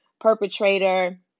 perpetrator